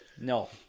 No